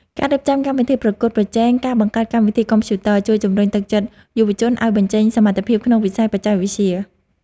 ការរៀបចំកម្មវិធីប្រកួតប្រជែងការបង្កើតកម្មវិធីកុំព្យូទ័រជួយជំរុញទឹកចិត្តយុវជនឱ្យបញ្ចេញសមត្ថភាពក្នុងវិស័យបច្ចេកវិទ្យា។